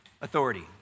authority